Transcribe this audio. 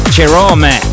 Jerome